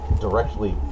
directly